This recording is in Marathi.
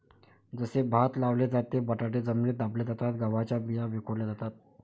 जसे भात लावले जाते, बटाटे जमिनीत दाबले जातात, गव्हाच्या बिया विखुरल्या जातात